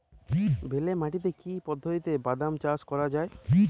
বেলে মাটিতে কি পদ্ধতিতে বাদাম চাষ করা যায়?